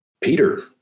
Peter